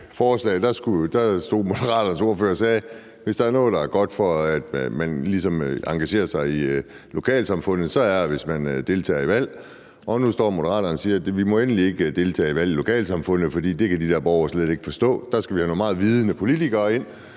stod Moderaternes ordfører og sagde, at, hvis der er noget, der er godt for, at man ligesom engagerer sig i lokalsamfundet, så er det, hvis man deltager i valg. Og nu står Moderaterne og siger, at man endelig ikke må deltage i valg i lokalsamfundet, for det kan de der borgere slet ikke forstå, og at vi der skal have nogle meget vidende politikere ind,